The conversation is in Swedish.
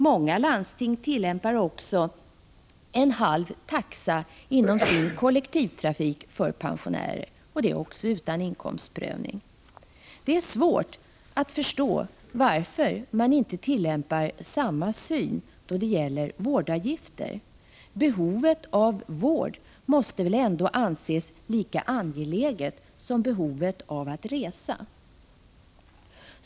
Många landsting tillämpar också halv taxa inom kollektivtrafiken för pensionärer — inte heller i det fallet krävs inkomstprövning. Det är svårt att förstå att man inte kan tillämpa samma metod då det gäller vårdavgifterna. Behovet av vård måste väl ändå anses vara lika angeläget som behovet av att resa.